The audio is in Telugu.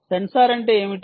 సెన్సార్ అంటే ఏమిటి